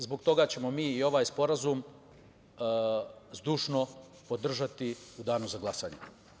Zbog toga ćemo mi i ovaj sporazum zdušno podržati u danu za glasanje.